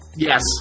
Yes